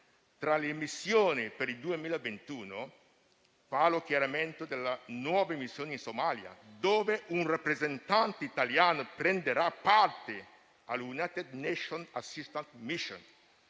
tra le missioni per il 2021. Parlo chiaramente della nuova missione in Somalia, dove un rappresentante italiano prenderà parte alla United Nations assistance mission.